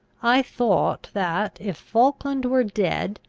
i thought that, if falkland were dead,